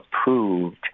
approved